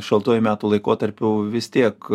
šaltuoju metų laikotarpiu vis tiek